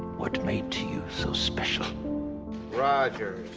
what made to you so special rogers,